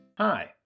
Hi